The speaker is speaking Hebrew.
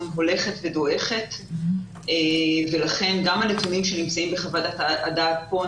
הולכת ודועכת ולכן גם הנתונים שנמצאים בחוות הדעת כאן,